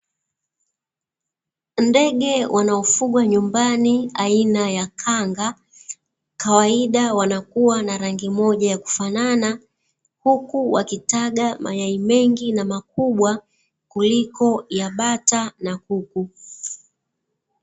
Ndege wanaofugwa nyumbani aina ya kanga, kikawaida wanakua na rangi moja ya kufanana. Huku wakitaga mayai mengi na makubwa kuliko ya bata na kuku.